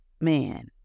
man